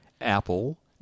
Apple